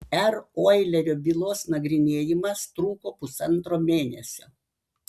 r oilerio bylos nagrinėjimas truko pusantro mėnesio